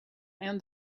and